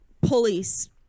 police